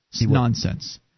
Nonsense